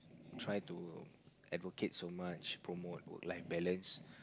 try to advocate so much promote work life balance